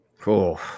Cool